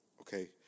Okay